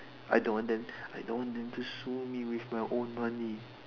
I don't want them I don't want them to sue me with my own money